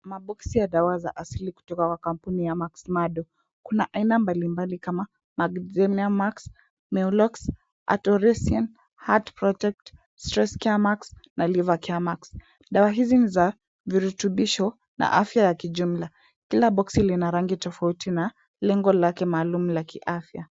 Maboksi ya dawa za asili kutoka kwa kampuni ya Maxmado, kuna aina mbalimbali kama Magzenium Max, Meolox, Artoresian heart protect, Stress care Max na Liver Care Max . Dawa hizi ni za virutubisho na afya ya kijumla, kila boksi lina rangi tofauti na lengo lake maalum la kiafya.